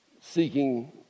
seeking